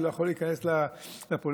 שלא יכול להיכנס לפוליטיקה.